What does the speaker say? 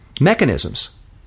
Mechanisms